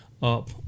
up